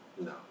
No